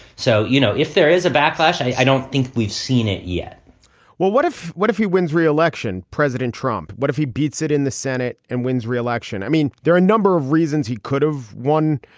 so, you know, if there is a backlash, i don't think we've seen it yet well, what if what if he wins re-election, president trump? what if he beats it in the senate and wins re-election? i mean, there are a number of reasons he could have one.